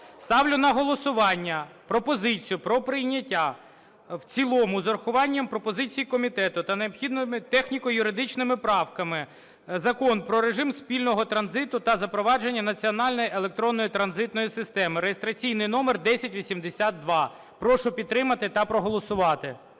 Ставлю на голосування пропозицію про прийняття в цілому з урахуванням пропозицій комітету та необхідними техніко-юридичними правками Закон про режим спільного транзиту та запровадження національної електронної транзитної системи (реєстраційний номер 1082). Прошу підтримати та проголосувати.